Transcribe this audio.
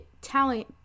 talent